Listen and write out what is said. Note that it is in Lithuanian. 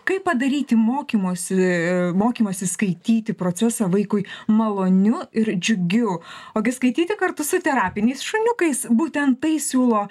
kaip padaryti mokymosi mokymosi skaityti procesą vaikui maloniu ir džiugiu ogi skaityti kartu su terapiniais šuniukais būtent tai siūlo